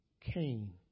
Cain